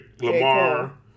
Lamar